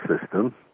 system